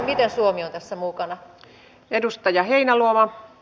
miten suomi on tässä mukana